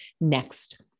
next